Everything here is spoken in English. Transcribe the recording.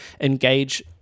engage